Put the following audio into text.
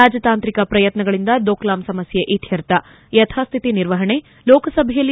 ರಾಜತಾಂತ್ರಿಕ ಪ್ರಯತ್ನಗಳಿಂದ ದೋಕ್ಲಾಮ್ ಸಮಸ್ತೆ ಇತ್ತರ್ಥ ಯಥಾಸ್ಹಿತಿ ನಿರ್ವಹಣೆ ಲೋಕಸಭೆಯಲ್ಲಿ